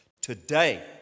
Today